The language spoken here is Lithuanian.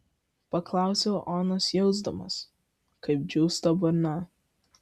paklausiau onos jausdamas kaip džiūsta burna